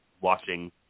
watching